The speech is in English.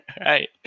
right